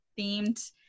themed